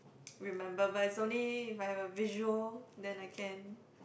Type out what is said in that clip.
remember but is only if I've a visual then I can